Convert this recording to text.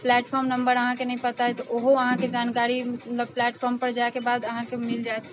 platform number अहाँके नहि पता अछि तऽ ओहो अहाँके जानकारी मतलब प्लेटफॉर्मपर जाइके बाद अहाँके मिल जाएत